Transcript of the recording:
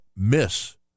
miss